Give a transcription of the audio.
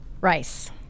rice